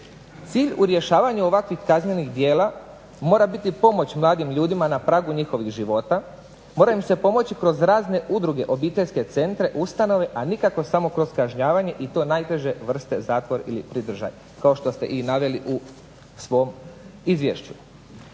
Cilj u rješavanju ovakvih kaznenih djela mora biti pomoć mladim ljudima na pragu njihovih života, mora im se pomoći kroz razne udruge, obiteljske centre, ustanove, a nikako samo kroz kažnjavanje i to najteže vrste zatvor ili pridržaj. Kao što ste naveli u svom izvješću.